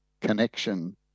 connection